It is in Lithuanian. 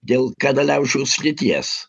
dėl karaliaučiaus srities